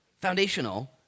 foundational